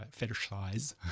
fetishize